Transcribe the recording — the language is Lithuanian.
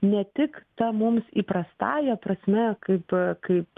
ne tik ta mums įprastąja prasme kaip kaip